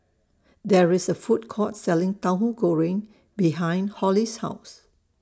There IS A Food Court Selling Tauhu Goreng behind Holli's House